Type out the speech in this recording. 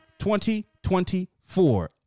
2024